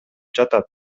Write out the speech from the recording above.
жатат